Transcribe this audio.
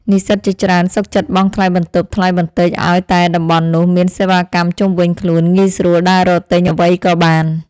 និស្សិតជាច្រើនសុខចិត្តបង់ថ្លៃបន្ទប់ថ្លៃបន្តិចឱ្យតែតំបន់នោះមានសេវាកម្មជុំវិញខ្លួនងាយស្រួលដើររកទិញអ្វីក៏បាន។